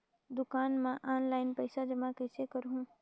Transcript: दुकान म ऑनलाइन पइसा जमा कइसे करहु?